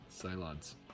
Cylons